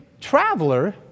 traveler